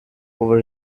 over